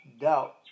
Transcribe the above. doubt